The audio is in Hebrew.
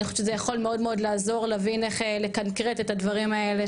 אני חושבת שזה יכול מאוד מאוד לעזור להבין איך לקנקרט את הדברים האלה,